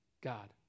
God